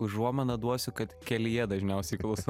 užuominą duosiu kad kelyje dažniausiai klauso